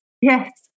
Yes